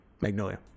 Magnolia